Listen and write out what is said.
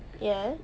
ya